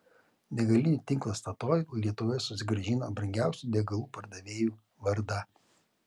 degalinių tinklas statoil lietuvoje susigrąžino brangiausių degalų pardavėjų vardą